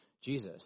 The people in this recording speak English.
Jesus